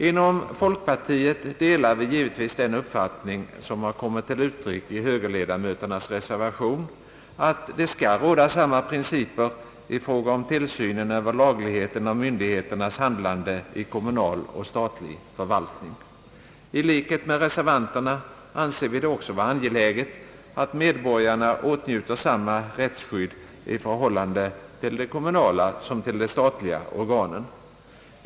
Inom folkpartiet delar vi givetvis den uppfattning, som kommit till uttryck i högerledamöternas reservation, att det skall råda samma principer i fråga om tillsyn över laglydigheten av myndigheternas handlande i kommunal och statlig förvaltning. I likhet med reservanterna anser vi det också vara angeläget att medborgarna åtnjuter samma rättsskydd i förhållande till de kommunala som till de statliga organen.